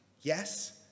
Yes